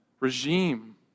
Regime